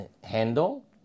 handle